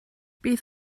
beth